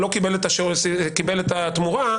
הוא לא קיבל את התמורה,